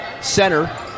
center